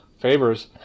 favors